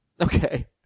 Okay